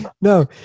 No